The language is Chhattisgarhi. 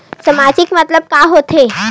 सामाजिक मतलब का होथे?